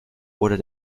oder